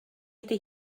ydy